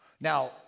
Now